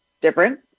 different